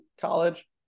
college